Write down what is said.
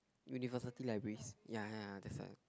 university libraries ya ya ya that side